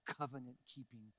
covenant-keeping